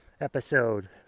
episode